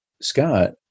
Scott